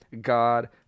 God